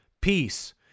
peace